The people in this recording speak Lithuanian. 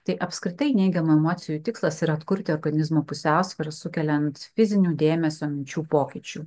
tai apskritai neigiamų emocijų tikslas yra atkurti organizmo pusiausvyrą sukeliant fizinių dėmesio minčių pokyčių